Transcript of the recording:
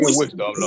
wisdom